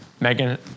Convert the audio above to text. Megan